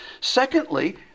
Secondly